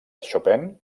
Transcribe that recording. chopin